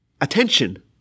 attention